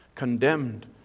condemned